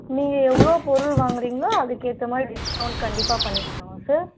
நீங்கள் எவ்வளோ பொருள் வாங்கிறீங்களோ அதுக்கேற்ற மாதிரி டிஸ்கௌண்ட் கண்டிப்பாக பண்ணித் தருவோம் சார்